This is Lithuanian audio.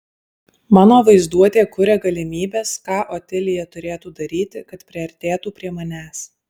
mano vaizduotė kuria galimybes ką otilija turėtų daryti kad priartėtų prie manęs